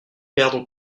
perdre